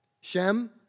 Shem